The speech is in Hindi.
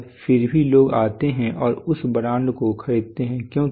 और फिर भी लोग आते हैं और उस ब्रांड को खरीदते हैं क्यों